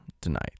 tonight